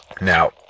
now